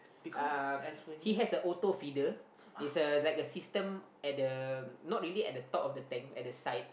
um he has a auto feeder is a like a system at the not really at the top of the tank at the side